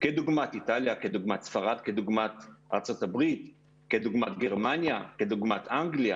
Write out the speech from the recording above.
כדוגמת איטליה, ספרד, ארה"ב, גרמניה או אנגליה